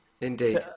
indeed